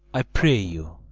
i pray you,